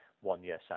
one-year